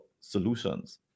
solutions